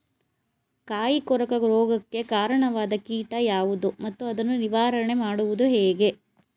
ಕಾಯಿ ಕೊರಕ ರೋಗಕ್ಕೆ ಕಾರಣವಾದ ಕೀಟ ಯಾವುದು ಮತ್ತು ಅದನ್ನು ನಿವಾರಣೆ ಮಾಡುವುದು ಹೇಗೆ?